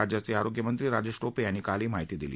राज्याचे आरोग्य मंत्री राजेश टोपे यांनी काल ही माहिती दिली